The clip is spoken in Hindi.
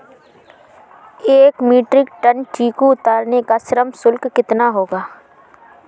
एक मीट्रिक टन चीकू उतारने का श्रम शुल्क कितना होगा?